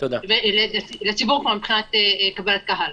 לציבור מבחינת קבלת קהל.